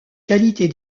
qualités